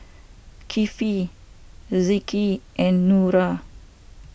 Kefli Rizqi and Nura